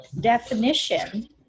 definition